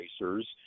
racers